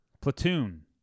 Platoon